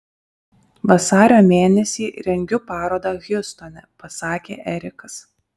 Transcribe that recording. vasario mėnesį rengiu parodą hjustone pasakė erikas